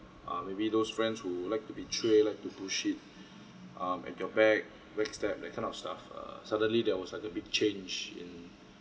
uh maybe those friends who like to betray like to bullshit um at your back back stab that kind of stuff uh suddenly there was like a big change in in